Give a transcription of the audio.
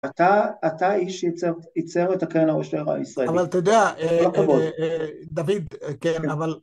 אתה האיש שיצר את הקהל הראשון הישראלי. אבל אתה יודע, דוד, כן, אבל...